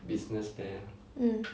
um